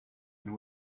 and